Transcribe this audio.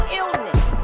illness